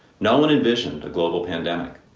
no one envisioned a global pandemic,